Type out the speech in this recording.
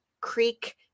Creek